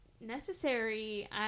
necessary